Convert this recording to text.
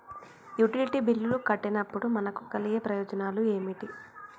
Utility బిల్లులు కట్టినప్పుడు మనకు కలిగే ప్రయోజనాలు ఏమిటి?